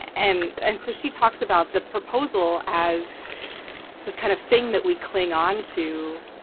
and and so she talks about the proposal as this kind of thing that we cling on to,